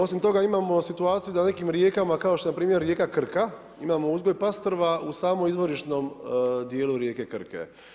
Osim toga imamo situaciju, da u nekim rijekama, kao što je npr. rijeka Krka, imamo uzgoj Pastrva u samom izvorišnom dijelu rijeke Krke.